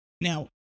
Now